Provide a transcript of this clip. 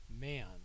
man